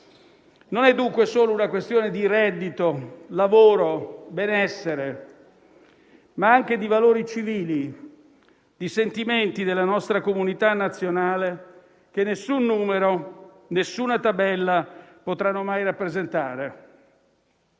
Non è dunque solo una questione di reddito, lavoro, benessere ma anche di valori civili, di sentimenti della nostra comunità nazionale che nessun numero, nessuna tabella potranno mai rappresentare.